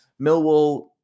Millwall